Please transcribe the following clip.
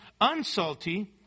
unsalty